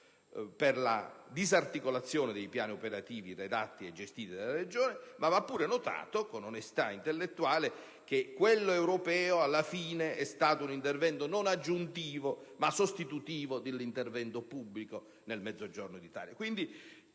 per la disarticolazione dei piani operativi redatti e gestiti dalle Regioni, ma va pure notato con onestà intellettuale che quello europeo alla fine è stato un intervento non aggiuntivo, bensì sostitutivo dell'intervento pubblico nel Mezzogiorno d'Italia.